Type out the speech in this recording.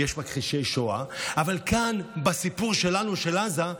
שיש מכחישי שואה, אבל כאן, בסיפור שלנו, של עזה,